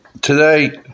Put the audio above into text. today